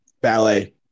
Ballet